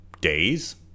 days